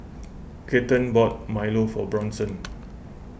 Kathern bought Milo for Bronson